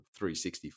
360